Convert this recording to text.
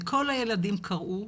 לכל הילדים קראו,